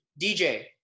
dj